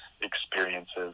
experiences